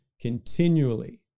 continually